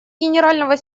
генерального